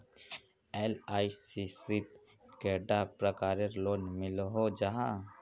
LIC शित कैडा प्रकारेर लोन मिलोहो जाहा?